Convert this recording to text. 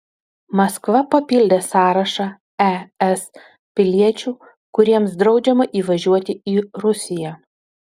maskva papildė sąrašą es piliečių kuriems draudžiama įvažiuoti į rusiją